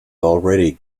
already